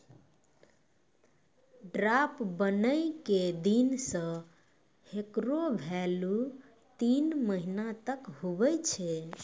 draft बनै के दिन से हेकरो भेल्यू तीन महीना तक हुवै छै